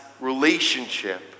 relationship